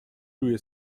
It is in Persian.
روی